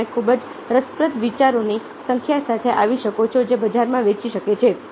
તમે ખૂબ જ રસપ્રદ વિચારોની સંખ્યા સાથે આવી શકો છો જે બજારમાં વેચી શકે છે